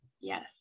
Yes